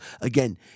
again